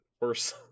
worse